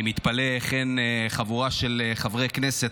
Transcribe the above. אני מתפלא איך אין חבורה של חברי כנסת,